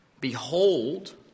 Behold